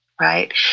Right